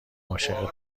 عاشق